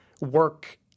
work